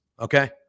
Okay